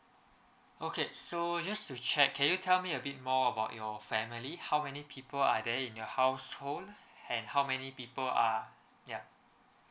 okay so just to check can you tell me a bit more about your family how many people are there in your household and how many people are ya